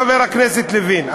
חבר הכנסת לוין,